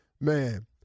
Man